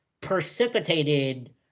precipitated